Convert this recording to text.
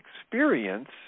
experience